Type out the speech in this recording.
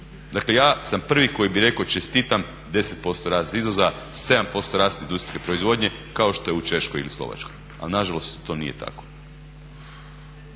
Dakle ja sam prvi koji bi rekao čestitam 10% rast izvoza, 7% rast industrijske proizvodnje kao što je u Češkoj ili Slovačkoj ali nažalost to nije tako.